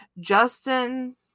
Justin